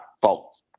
fault